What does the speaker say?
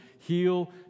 heal